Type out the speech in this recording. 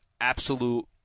absolute –